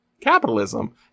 capitalism